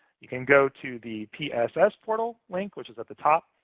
you can go to the pss portal link, which is at the top,